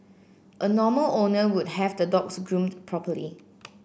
a normal owner would have the dogs groomed properly